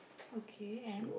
okay and